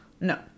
No